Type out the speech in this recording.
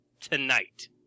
tonight